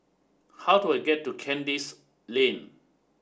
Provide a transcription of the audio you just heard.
how do I get to Kandis Lane